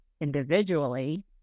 individually